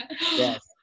Yes